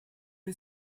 ele